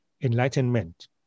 enlightenment